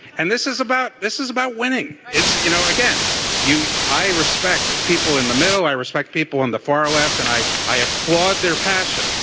and this is about this is about winning. it's you know again you i respect people in the middle i respect people on the far left and i i applaud their passion.